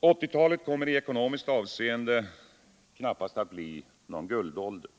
1980-talet kommer i ekonomiskt avseende knappast att bli någon guldålder.